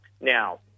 Now